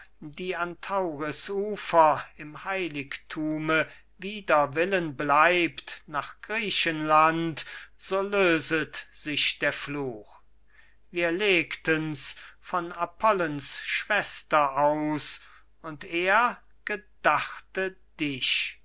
die an tauris ufer im heiligthume wider willen bleibt nach griechenland so löset sich der fluch wir legten's von apollens schwester aus und er gedachte dich